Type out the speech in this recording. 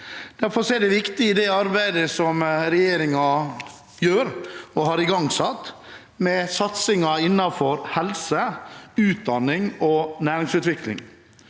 Derfor er det viktig i det arbeidet som regjeringen gjør, og har igangsatt, med satsingen innenfor helse, utdanning og næringsutvikling.